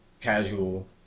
casual